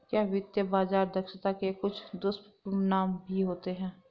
क्या वित्तीय बाजार दक्षता के कुछ दुष्परिणाम भी होते हैं?